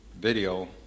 video